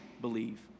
believe